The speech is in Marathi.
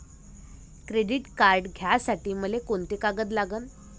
क्रेडिट कार्ड घ्यासाठी मले कोंते कागद लागन?